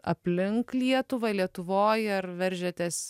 aplink lietuvą lietuvoj ar veržiatės